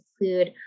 include